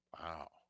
Wow